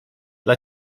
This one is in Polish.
dla